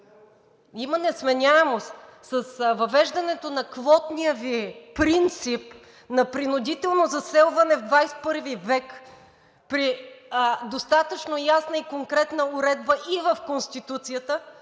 Има несменяемост с въвеждането на квотния Ви принцип, на принудително заселване в ХХI век. При достатъчно ясна и конкретна уредба и в Конституцията